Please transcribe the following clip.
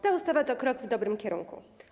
Ta ustawa to krok w dobrym kierunku.